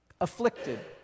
afflicted